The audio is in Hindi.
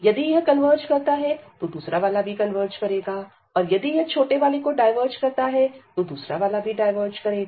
यदि यह कन्वर्ज करता है तो दूसरा वाला भी कन्वर्ज करेगा और यदि यह डायवर्ज करता है तो दूसरा वाला भी डायवर्ज करेगा